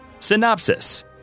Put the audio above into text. Synopsis